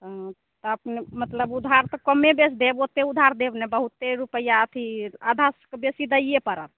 हँ तऽ अपने मतलब ऊधार तऽ कमे बेस देब ओतेक ऊधार देब नहि बहुते रुपआ अथी आधासँ तऽ बेसी दैये पड़त